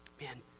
man